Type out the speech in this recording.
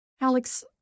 Alex